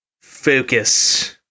focus